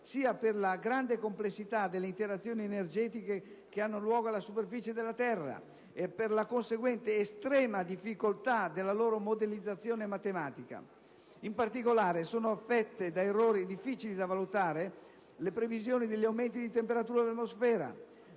sia per la grande complessità delle interazioni energetiche che hanno luogo alla superficie della Terra e per la conseguente estrema difficoltà della loro modellizzazione matematica. In particolare sono affette da errori difficili da valutare le previsioni degli aumenti di temperatura dell'atmosfera,